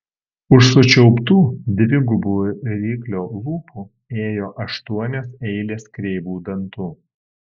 už sučiauptų dvigubų ryklio lūpų ėjo aštuonios eilės kreivų dantų